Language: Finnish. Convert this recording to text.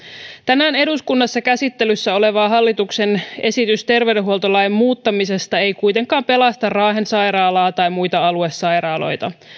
tänään eduskunnassa käsittelyssä oleva hallituksen esitys terveydenhuoltolain muuttamisesta ei kuitenkaan pelasta raahen sairaalaa tai muita aluesairaaloita